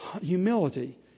humility